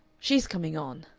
she's coming on,